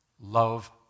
Love